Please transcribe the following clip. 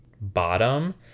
bottom